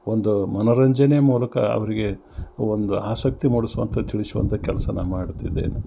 ಒಂದು ಮನೋರಂಜನೆ ಮೂಲಕ ಅವರಿಗೆ ಒಂದು ಆಸಕ್ತಿ ಮೂಡಿಸುವಂಥ ತಿಳಿಸುವಂಥ ಕೆಲಸ ನಾ ಮಾಡ್ತಿದ್ದೇನೆ